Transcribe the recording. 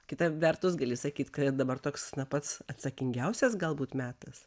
kita vertus gali sakyt kad dabar toks na pats atsakingiausias galbūt metas